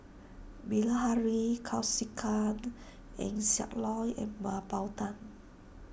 Bilahari Kausikan Eng Siak Loy and Mah Bow Tan